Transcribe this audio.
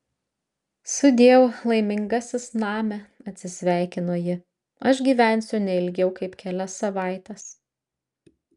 sudieu laimingasis name atsisveikino ji aš gyvensiu ne ilgiau kaip kelias savaites